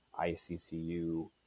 ICCU